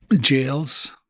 jails